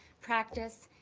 practice,